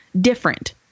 different